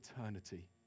eternity